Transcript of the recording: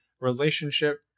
relationship